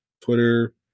Twitter